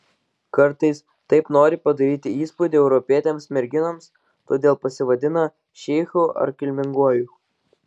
kartais taip nori padaryti įspūdį europietėms merginoms todėl pasivadina šeichu ar kilminguoju